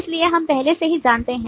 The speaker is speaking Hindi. इसलिए हम पहले से ही जानते हैं